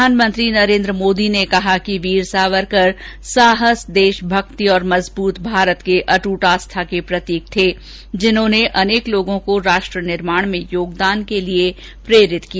प्रधानमंत्री नरेन्द्र मोदी ने कहा कि वीर सावरकर साहस देशभक्ति और मजबूत भारत के प्रति अट्ट आस्था के प्रतीक थे जिन्होंने अनेक लोगों को राष्ट्र निर्माण में योगदान के लिए प्रेरित किया